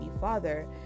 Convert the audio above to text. father